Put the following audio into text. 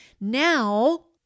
Now